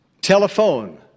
Telephone